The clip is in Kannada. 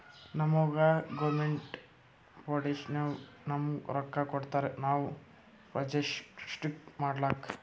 ನಮುಗಾ ಗೌರ್ಮೇಂಟ್ ಫೌಂಡೇಶನ್ನವ್ರು ನಮ್ಗ್ ರೊಕ್ಕಾ ಕೊಡ್ತಾರ ನಾವ್ ಪ್ರೊಜೆಕ್ಟ್ ಮಾಡ್ಲಕ್